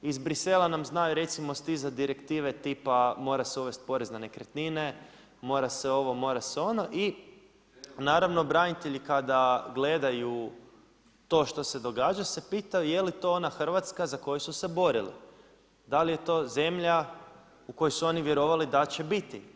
Iz Brisela nam znaju recimo stizati direktive tipa mora se uvesti porez na nekretnine, mora se ovo, mora se ono i naravno branitelji kada gledaju to što se događa se pitaju je li to ona Hrvatska za koju su se borili, da li je to zemlja u koju su oni vjerovali da će biti.